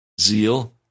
zeal